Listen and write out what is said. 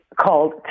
called